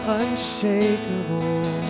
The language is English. unshakable